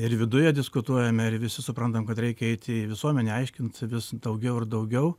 ir viduje diskutuojame ir visi suprantam kad reikia eiti į visuomenę aiškint vis daugiau ir daugiau